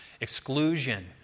exclusion